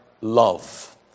love